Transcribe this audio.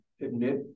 admit